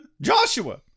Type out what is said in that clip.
Joshua